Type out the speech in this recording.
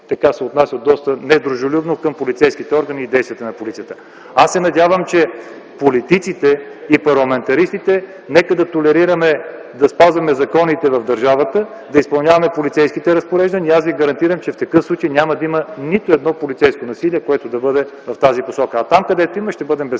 се е отнасял доста недружелюбно към полицейските органи и действията на полицията. Аз се обръщам към политиците и парламентаристите: нека да толерираме спазването на законите в държавата, да изпълняваме полицейските разпореждания и аз Ви гарантирам, че в такъв случай няма да има нито едно полицейско насилие, което да бъде в тази посока. А там, където има, ще бъдем